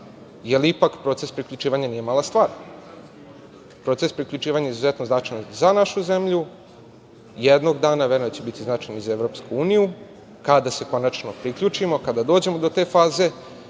jer ipak proces priključivanja nije mala stvar. Proces priključivanja je izuzetno značajan za našu zemlju, jednog dana verujem da će biti značajan i za Evropsku uniju, kada se konačno priključimo, kada dođemo do te faze.